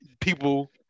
people